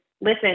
listen